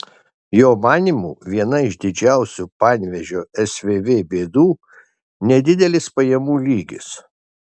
jo manymu viena iš didžiausių panevėžio svv bėdų nedidelis pajamų lygis